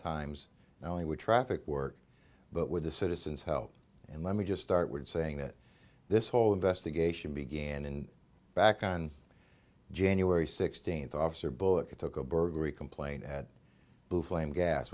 times only with traffic work but with the citizens help and let me just start would saying that this whole investigation began in back on january sixteenth officer bullock it took a burglary complaint at blue flame gas